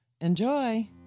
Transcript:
Enjoy